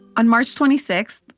on march twenty six,